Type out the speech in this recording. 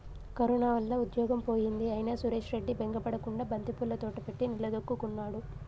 corona వల్ల ఉద్యోగం పోయింది అయినా సురేష్ రెడ్డి బెంగ పడకుండా బంతిపూల తోట పెట్టి నిలదొక్కుకున్నాడు